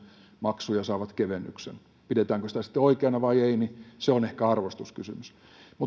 maksuja saavat kevennyksen pidetäänkö sitä sitten oikeana vai ei se on ehkä arvostuskysymys